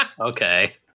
okay